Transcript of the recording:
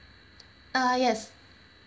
uh yes